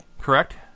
correct